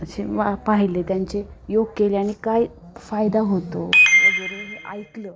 असे वा पाहिले त्यांचे योग केल्याने काय फायदा होतो वगैरे हे ऐकलं